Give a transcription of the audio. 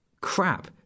crap